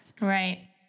right